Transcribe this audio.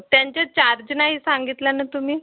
हं त्यांच्या चार्ज नाही सांगितला ना तुम्ही